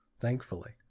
thankfully